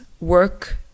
work